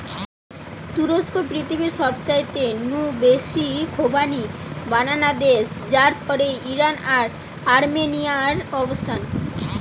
তুরস্ক পৃথিবীর সবচাইতে নু বেশি খোবানি বানানা দেশ যার পরেই ইরান আর আর্মেনিয়ার অবস্থান